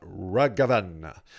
Ragavan